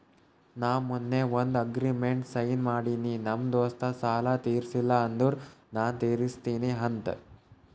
ನಾ ಮೊನ್ನೆ ಒಂದ್ ಅಗ್ರಿಮೆಂಟ್ಗ್ ಸೈನ್ ಮಾಡಿನಿ ನಮ್ ದೋಸ್ತ ಸಾಲಾ ತೀರ್ಸಿಲ್ಲ ಅಂದುರ್ ನಾ ತಿರುಸ್ತಿನಿ ಅಂತ್